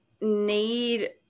need